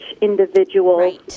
individual